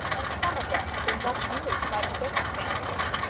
and some of them had been much moved by the circumstances.